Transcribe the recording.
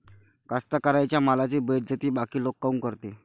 कास्तकाराइच्या मालाची बेइज्जती बाकी लोक काऊन करते?